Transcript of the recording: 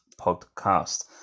podcast